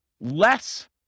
less